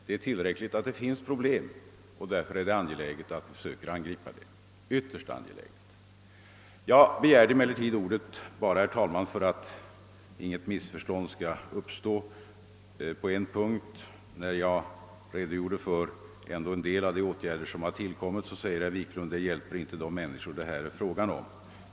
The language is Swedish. Det är tillräckligt att det finns problem, och därför är det ytterst angeläget att vi försöker angripa dem. Jag begärde emellertid ordet, herr talman, bara för att inget missförstånd skulle uppstå på en punkt. När jag redogjorde för en del av de åtgärder som har tillkommit sade herr Wiklund i Stockholm, att de inte hjälper de människor det är fråga om.